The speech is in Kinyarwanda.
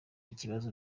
ikibazo